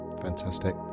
fantastic